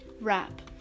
wrap